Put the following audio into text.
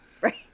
right